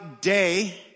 day